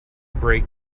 break